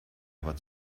aber